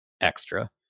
extra